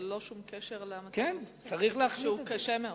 ללא שום קשר למצב הנוכחי, שהוא קשה מאוד.